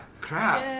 Crap